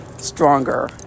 stronger